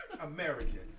American